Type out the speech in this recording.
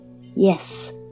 Yes